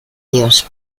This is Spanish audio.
dios